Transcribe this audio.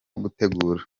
gutegura